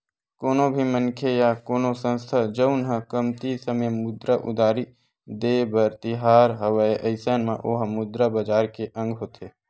कोनो भी मनखे या कोनो संस्था जउन ह कमती समे मुद्रा उधारी देय बर तियार हवय अइसन म ओहा मुद्रा बजार के अंग होथे